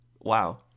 Wow